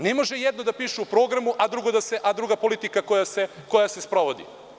Ne može jedno da piše u programu, a druga politika se sprovodi.